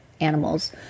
animals